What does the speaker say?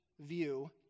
view